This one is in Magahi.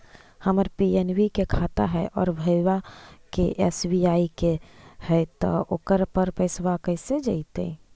हमर पी.एन.बी के खाता है और भईवा के एस.बी.आई के है त ओकर पर पैसबा कैसे जइतै?